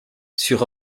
sur